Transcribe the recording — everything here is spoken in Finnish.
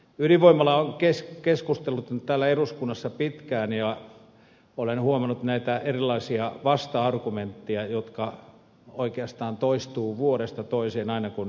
ydinvoima on keskusteluttanut täällä eduskunnassa pitkään ja olen huomannut näitä erilaisia vasta argumentteja jotka oikeastaan toistuvat vuodesta toiseen aina kun ydinvoimasta puhutaan